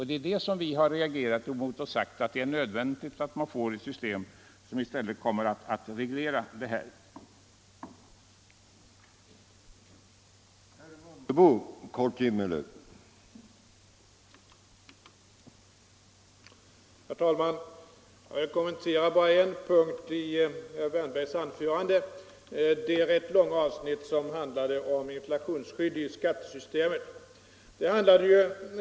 Det är detta som vi har reagerat mot och sagt, att det är nödvändigt att i stället införa ett system som kommer att reglera detta förhållande.